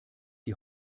die